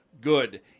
good